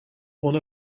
one